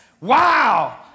wow